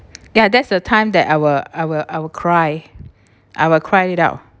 yeah that's the time that I will I will I will cry I will cry it out